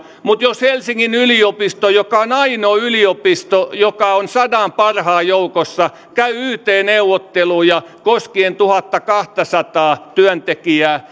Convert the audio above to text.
jos helsingin yliopisto joka on ainoa yliopisto joka on sadan parhaan joukossa käy yt neuvotteluja koskien tuhattakahtasataa työntekijää